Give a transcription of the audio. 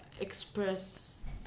express